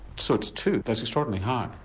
so it's two, that's extraordinarily high.